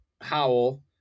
Howell